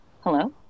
Hello